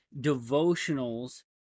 devotionals